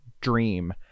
dream